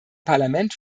parlament